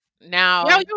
Now